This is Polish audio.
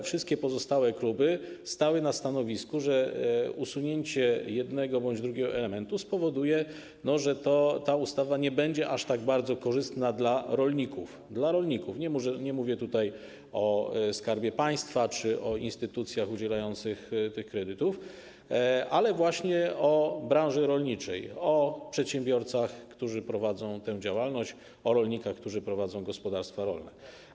Wszystkie pozostałe kluby stały na stanowisku, że usunięcie jednego bądź drugiego elementu spowoduje, że ta ustawa nie będzie tak bardzo korzystna dla rolników - dla rolników, nie mówię tutaj o Skarbie Państwa czy o instytucjach udzielających tych kredytów, ale właśnie o branży rolniczej, o przedsiębiorcach, którzy prowadzą tę działalność, o rolnikach, którzy prowadzą gospodarstwa rolne.